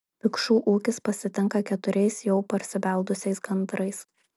pikšų ūkis pasitinka keturiais jau parsibeldusiais gandrais